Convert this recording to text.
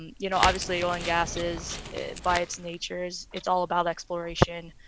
um you know, obviously oil and gas is by its natures it's all about exploration.